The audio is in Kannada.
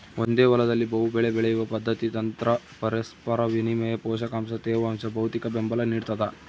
ಒಂದೇ ಹೊಲದಲ್ಲಿ ಬಹುಬೆಳೆ ಬೆಳೆಯುವ ಪದ್ಧತಿ ತಂತ್ರ ಪರಸ್ಪರ ವಿನಿಮಯ ಪೋಷಕಾಂಶ ತೇವಾಂಶ ಭೌತಿಕಬೆಂಬಲ ನಿಡ್ತದ